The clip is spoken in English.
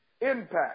impact